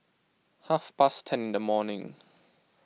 half past ten in the morning